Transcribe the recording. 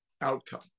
outcome